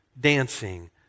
dancing